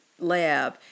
lab